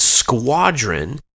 squadron